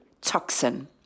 toxin